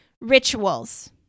rituals